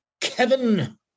Kevin